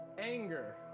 Anger